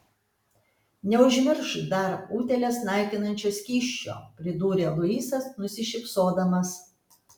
neužmiršk dar utėles naikinančio skysčio pridūrė luisas nusišypsodamas